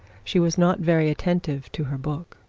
she was not very attentive to her book.